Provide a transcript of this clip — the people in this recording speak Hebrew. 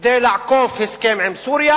כדי לעקוף הסכם עם סוריה,